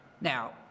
Now